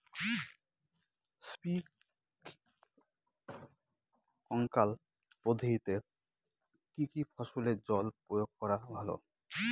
Sprinkler পদ্ধতিতে কি কী ফসলে জল প্রয়োগ করা ভালো?